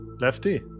Lefty